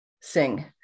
sing